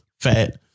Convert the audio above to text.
Fat